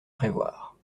prévoir